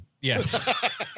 Yes